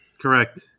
correct